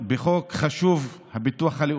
תודה